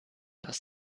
das